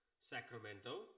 Sacramento